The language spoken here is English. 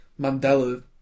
Mandela